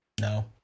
No